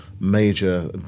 major